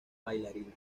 bailarina